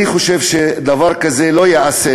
אני חושב שדבר כזה לא ייעשה,